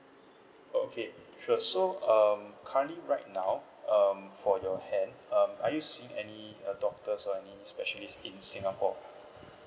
okay sure so um currently right now um for your hand um are you seeing any uh doctors or any specialists in singapore